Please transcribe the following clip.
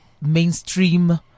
Mainstream